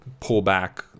pullback